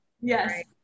Yes